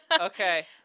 Okay